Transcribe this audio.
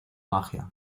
magia